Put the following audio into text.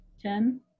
Ten